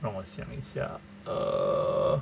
让我想一下 err